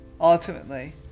Ultimately